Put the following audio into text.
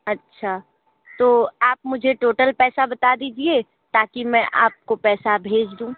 अच्छा तो आप मुझे टोटल पैसा बता दीजिए ताकि मैं आपको पैसा भेज दूँ